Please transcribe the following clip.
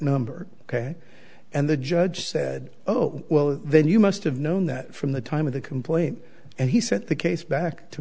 number ok and the judge said oh well then you must have known that from the time of the complaint and he sent the case back to